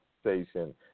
station